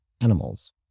animals